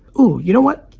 oo, you know what?